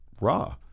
raw